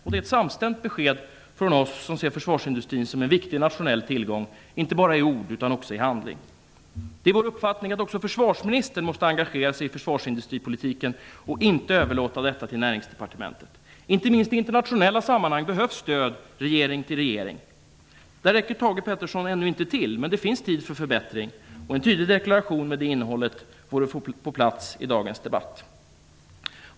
Det är ett samstämt besked från oss som ser försvarsindustrin som en viktig nationell tillgång, inte bara i ord utan också i handling. Det är vår uppfattning att också försvarsministern måste engagera sig i försvarsindustripolitiken, och inte överlåta denna på Näringsdepartementet. Inte minst i internationella sammanhang behövs stöd från regering till regering. Här räcker Thage G Peterson ännu inte till, men det finns tid för förbättring. En tydlig deklaration med det innehållet vore på plats i dagens debatt.